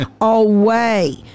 away